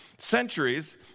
centuries